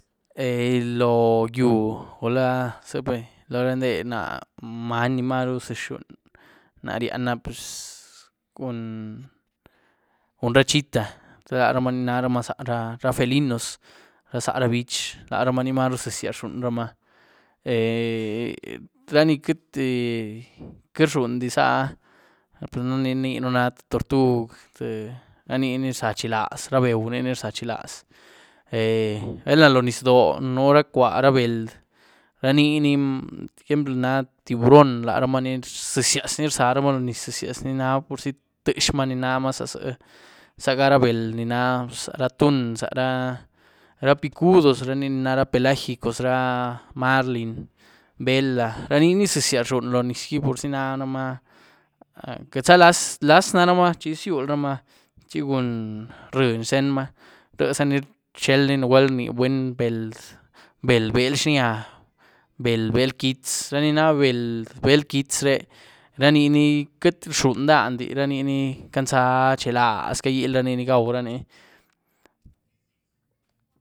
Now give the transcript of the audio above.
lo yúh gula ziëpé lo randé, náh many ni marú ziez rzhuny na ryana pz cun ra chita tíëlaramaa ni naramaa záh ra felinos, ra záh ra bíech, laramaa ni marú ziezaz rzhunyramaa. ra ní queity-queity rzhundizaáh, daën ryeën na tïé tortug tïé, ni ní rza chilaz, ra beuh ní rza chilaz. balna lo nyis dóoh núh ra cua ra beld, ra ni ní na jemplo na tiburón, laramaa ni ziezas ni rzaramaa lo nyis, ziezas ni namaa purzi tïexmaa namaa za zï, zagara beld ni nah zara atun, zara ra picudos rarini nah pelajicos ra marlin, vela, ra ni ní ziezas rzhuny lo nyisgí purzi naramaa quietza laz-laz naramaa chi zyul ramaa chi gun ryieny xtenma, riezaní rchelní nugwel rní buny beld, beld bél xíah, beld bél quietz, ra ni na beld bél quietz re raniní queity rxhuny dandí, raniní canza chilaz cagilraní ni gwauraní.